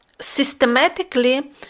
systematically